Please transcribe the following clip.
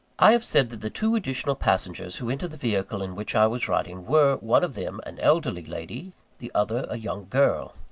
i have said that the two additional passengers who entered the vehicle in which i was riding, were, one of them, an elderly lady the other, a young girl.